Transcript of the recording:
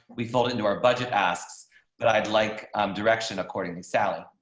we folded into our budget asks that i'd like direction accordingly salad.